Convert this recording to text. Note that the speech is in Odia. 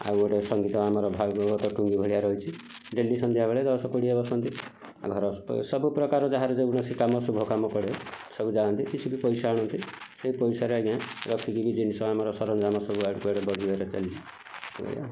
ଆଉ ଗୋଟେ ସଙ୍ଗୀତ ଆମର ଭାଗବତ ଟୁଙ୍ଗୀ ଭଳିଆ ରହିଛି ଡେଲି ସନ୍ଧ୍ୟାବେଳେ ଦଶ କୋଡ଼ିଏ ବସନ୍ତି ଆଉ ଘର ସବୁପ୍ରକାର ଯାହାର ଯେ କୌଣସି କାମ ଥିବ ଶୁଭ କାମ ପଡ଼େ ସବୁ ଯାଆନ୍ତି କିଛି ବି ପଇସା ଆଣନ୍ତି ସେଇ ପଇସାରେ ଆଜ୍ଞା ରଖିକି ବି ଜିନିଷ ଆମର ସରଞ୍ଜାମ ଏଇଆ